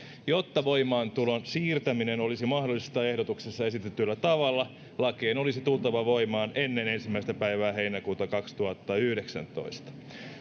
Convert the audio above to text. jotta voimaantulon siirtäminen olisi mahdollista ehdotuksessa esitetyllä tavalla lakien olisi tultava voimaan ennen ensimmäinen päivää heinäkuuta kaksituhattayhdeksäntoista